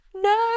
no